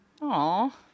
Aw